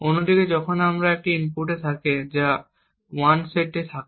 অন্যদিকে যখন আমাদের একটি ইনপুট থাকে যা 1 এ সেট করা থাকে